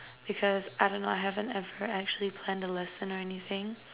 because I don't know I haven't ever actually planned a lesson or anything